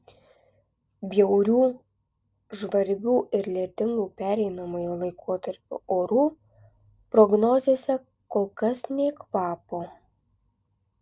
bjaurių žvarbių ir lietingų pereinamojo laikotarpio orų prognozėse kol kas nė kvapo